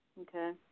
Okay